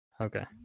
Okay